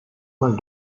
mal